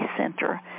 center